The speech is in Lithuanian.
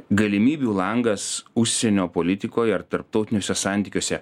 galimybių langas užsienio politikoj ar tarptautiniuose santykiuose